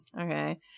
okay